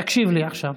תקשיב לי עכשיו: